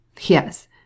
Yes